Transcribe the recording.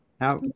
Now